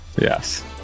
yes